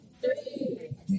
Three